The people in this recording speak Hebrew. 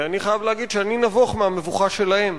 ואני נבוך מהמבוכה שלהם,